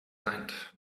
night